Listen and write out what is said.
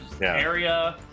area